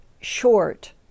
short